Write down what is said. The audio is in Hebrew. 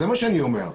זה מה שאני אומר.